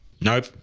Nope